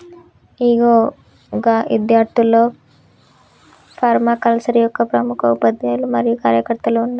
ఇగో గా ఇద్యార్థుల్లో ఫర్మాకల్చరే యొక్క ప్రముఖ ఉపాధ్యాయులు మరియు కార్యకర్తలు ఉన్నారు